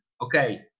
okay